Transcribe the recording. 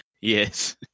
yes